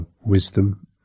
wisdom